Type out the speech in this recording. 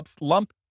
lump